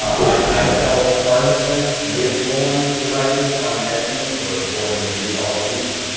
i sell artisan whip rolling devices on etsy for four hundred and eighty dollars each.